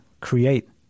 create